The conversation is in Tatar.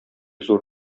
зур